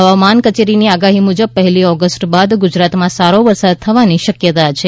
હવામાન કચેરીની આગાહી મુજબ પહેલી ઓગસ્ટ બાદ ગુજરાતમાં સારો વરસાદ થવાની શકયતા છે